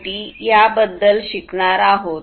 0 and Industrial IoT याबद्दल शिकणार आहोत